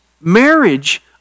marriage